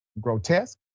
grotesque